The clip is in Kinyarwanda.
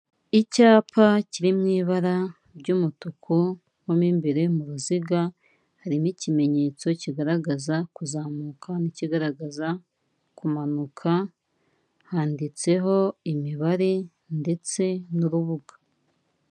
Icyapa kiri mu ibara ry'umutuku, mo imbere mu ruziga harimo ikimenyetso kigaragaza kuzamuka n'ikigaragaza kumanuka, handitseho imibare ndetse n'urubuga.